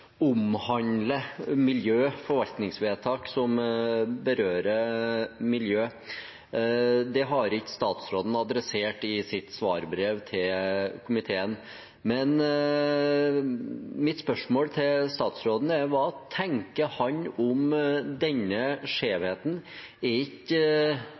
omhandler miljø, forvaltningsvedtak som berører miljø, har ikke statsråden adressert i sitt svarbrev til komiteen. Men mitt spørsmål til statsråden er: Hva tenker han om denne skjevheten? Er ikke